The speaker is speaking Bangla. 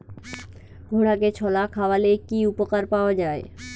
ঘোড়াকে ছোলা খাওয়ালে কি উপকার পাওয়া যায়?